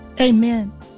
Amen